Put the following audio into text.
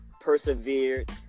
persevered